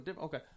okay